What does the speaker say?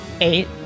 Eight